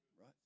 Right